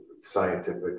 scientific